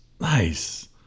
nice